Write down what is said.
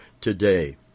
today